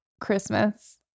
Christmas